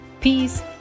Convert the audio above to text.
peace